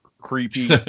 creepy